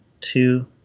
two